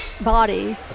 body